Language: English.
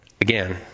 Again